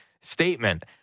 statement